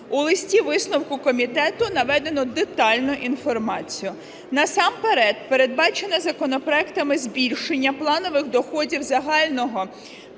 У листі-висновку комітету наведено детальну інформацію. Насамперед передбачено законопроектами збільшення планових доходів загального